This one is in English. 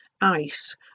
Ice